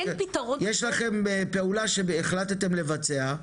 יש לכם פעולה שהחלטתם לבצע,